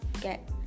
get